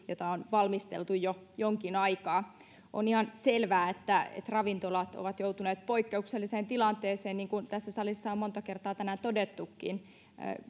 jota on valmisteltu jo jonkin aikaa on ihan selvää että että ravintolat ovat joutuneet poikkeukselliseen tilanteeseen niin kuin tässä salissa on monta kertaa tänään todettukin